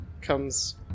comes